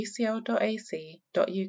ucl.ac.uk